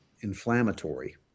inflammatory